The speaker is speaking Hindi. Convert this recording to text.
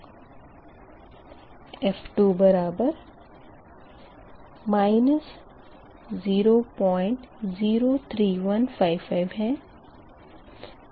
f2बराबर 003155 है